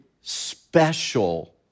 special